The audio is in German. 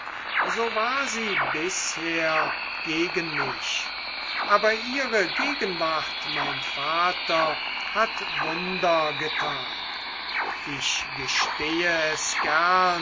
so war sie bisher gegen mich aber ihre gegenwart mein vater hat wunder getan ich gestehe es gern